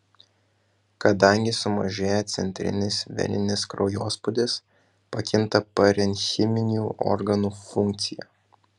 kadangi sumažėja centrinis veninis kraujospūdis pakinta parenchiminių organų funkcija